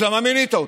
אז למה מינית אותו?